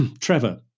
trevor